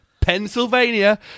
Pennsylvania